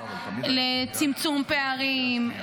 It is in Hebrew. לצמצום פערים,